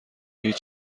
هیچ